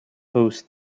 hosts